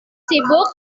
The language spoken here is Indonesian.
sibuk